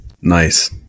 nice